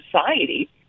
society